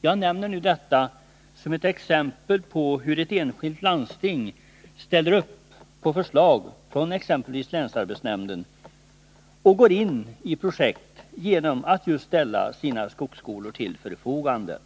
Jag nämner detta som ett exempel på hur ett enskilt landsting ställer upp på förslag från exempelvis länsarbetsnämnden och går in i projekt genom att just ställa sina skogsskolor till förfogande.